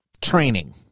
training